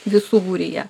visų būryje